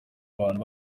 abantu